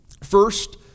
First